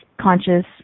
Conscious